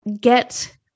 get